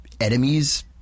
enemies